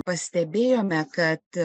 pastebėjome kad